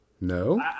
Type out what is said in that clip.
No